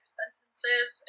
sentences